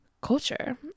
Culture